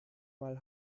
mal